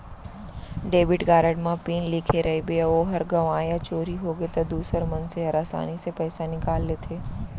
debit card म PIN लिखे रइबे अउ ओहर गँवागे या चोरी होगे त दूसर मनसे हर आसानी ले पइसा निकाल लेथें